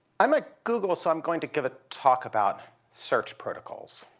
i'm at google, so i'm going to give a talk about search protocols.